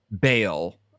bail